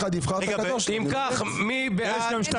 מי בעד?